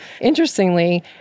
interestingly